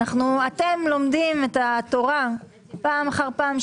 אתם לומדים את התורה פעם אחר פעם,